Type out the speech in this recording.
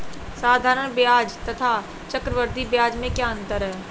साधारण ब्याज तथा चक्रवर्धी ब्याज में क्या अंतर है?